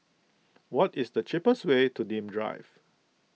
what is the cheapest way to Nim Drive